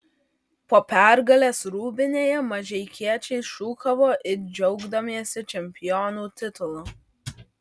po pergalės rūbinėje mažeikiečiai šūkavo it džiaugdamiesi čempionų titulu